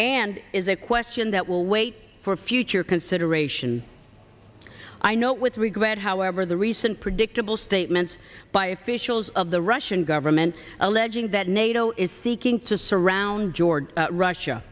and is a question that will wait for future consideration i know with regret however the recent predictable statements by officials of the russian government alleging that nato is seeking to surround georgia russia